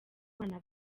abana